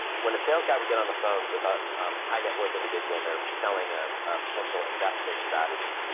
when a sales guy would get on the phone with a high net worth individual and they're selling a potential investment strategy,